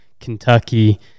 Kentucky